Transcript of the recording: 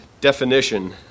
definition